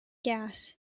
gas